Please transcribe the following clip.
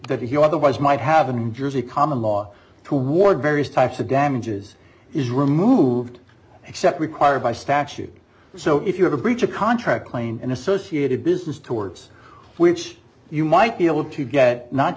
you otherwise might have a new jersey common law toward various types of damages is removed except required by statute so if you have a breach of contract plain and associated business towards which you might be able to get not